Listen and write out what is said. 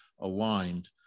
aligned